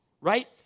right